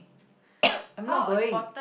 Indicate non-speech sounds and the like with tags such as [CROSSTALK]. [COUGHS] I'm not going